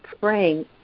praying